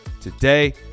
today